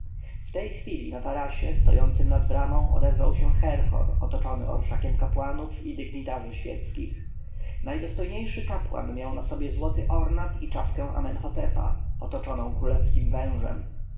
w tej chwili na tarasie stojącym nad bramą ukazał się herhor otoczony orszakiem kapłanów i dygnitarzy świeckich najdostojniejszy arcykapłan miał na sobie złoty ornat i czapkę amenhotepa otoczoną królewskim wężem